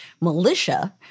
militia